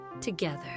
together